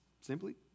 simply